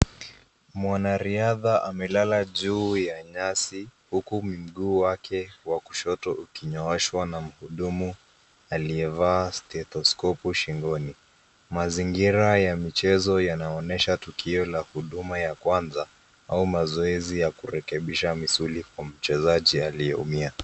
Mwanariadha amelala juu ya nyasi huku mguu wake wa kushoto ukinyooshwa na mhudumu aliyevaa stethoscope shingoni. Mazingira ya michezo yanaonyesha tukio la huduma ya kwanza au mazoezi ya kurekebisha misuli kwa mchezaji aliyeumia.